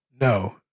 No